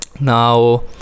Now